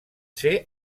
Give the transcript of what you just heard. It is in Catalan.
ser